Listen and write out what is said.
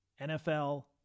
NFL